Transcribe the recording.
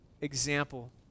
example